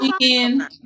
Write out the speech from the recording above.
weekend